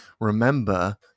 remember